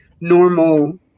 normal